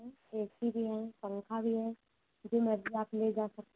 hmm A C भी हैं पंखा भी है जो मर्जी आप ले जा सकते